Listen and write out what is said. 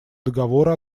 договора